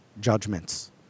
judgments